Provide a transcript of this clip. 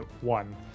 one